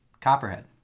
copperhead